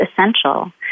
essential